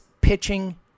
pitching